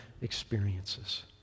experiences